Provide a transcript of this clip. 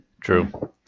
true